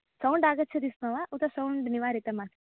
sound आगच्छति स्म वा उत सौण्ड् निवारितं वा